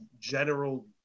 general